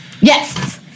yes